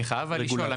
אני חייב לשאול,